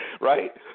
Right